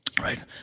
right